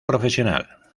profesional